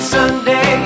Sunday